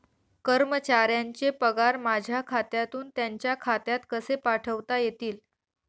कर्मचाऱ्यांचे पगार माझ्या खात्यातून त्यांच्या खात्यात कसे पाठवता येतील?